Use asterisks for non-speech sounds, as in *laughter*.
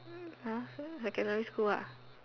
!huh! *noise* secondary school ah